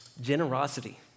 Generosity